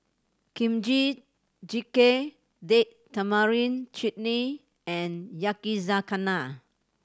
Kimchi Jjigae Date Tamarind Chutney and Yakizakana